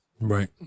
Right